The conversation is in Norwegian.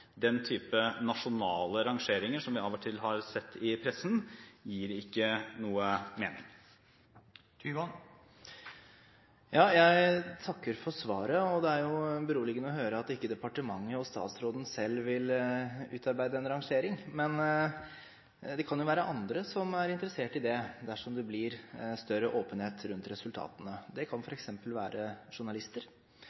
til har sett i pressen, ikke gir noen mening. Jeg takker for svaret. Det er jo beroligende å høre at ikke departementet og statsråden selv vil utarbeide en rangering, men det kan jo være andre som er interessert i det dersom det blir større åpenhet rundt resultatene. Det kan